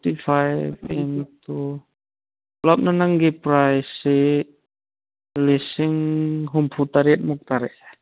forty five into ꯄꯨꯂꯞꯅ ꯅꯪꯒꯤ ꯄ꯭ꯔꯥꯏꯁꯁꯤ ꯂꯤꯁꯤꯡ ꯍꯨꯝꯐꯨ ꯇꯔꯦꯠꯃꯨꯛ ꯇꯥꯔꯀꯑꯦ